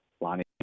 Lonnie